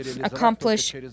accomplish